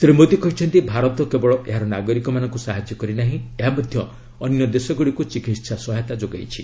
ଶ୍ରୀ ମୋଦୀ କହିଛନ୍ତି ଭାରତ କେବଳ ଏହାର ନାଗରିକମାନଙ୍କୁ ସାହାଯ୍ୟ କରିନାହିଁ ଏହା ମଧ୍ୟ ଅନ୍ୟ ଦେଶଗୁଡ଼ିକୁ ଚିକିତ୍ସା ସହାୟତା ଯୋଗାଇଛି